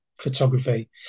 photography